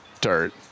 dirt